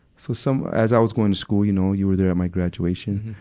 so some, as i was going to school you know, you were there at my graduation